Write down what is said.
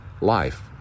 life